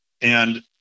And-